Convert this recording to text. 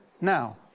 now